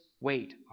Wait